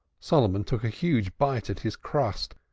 solomon took a huge bite at his crust,